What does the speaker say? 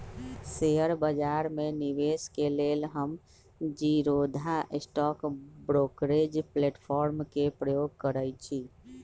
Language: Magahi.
शेयर बजार में निवेश के लेल हम जीरोधा स्टॉक ब्रोकरेज प्लेटफार्म के प्रयोग करइछि